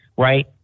Right